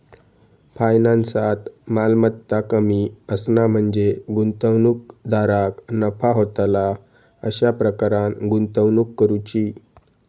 फायनान्सात, मालमत्ता कमी असणा म्हणजे गुंतवणूकदाराक नफा होतला अशा प्रकारान गुंतवणूक करुची